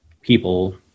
people